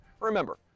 remember